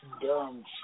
Dumb